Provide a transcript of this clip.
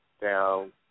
down